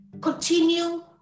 continue